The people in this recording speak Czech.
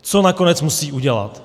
Co nakonec musí udělat?